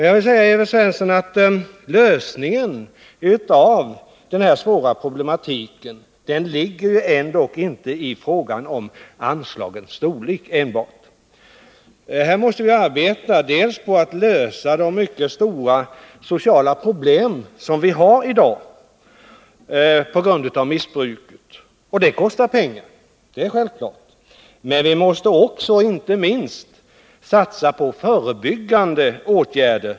Jag vill säga till Evert Svensson att lösningen av den svåra problematiken ändock inte ligger enbart i frågan om anslagens storlek. Vi måste dels arbeta på att lösa de mycket stora sociala problem som vi har i dag på grund av detta missbruk — och det kostar pengar —, dels måste vi självfallet inte minst satsa på förebyggande åtgärder.